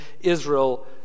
Israel